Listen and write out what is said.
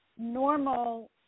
Normal